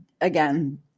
again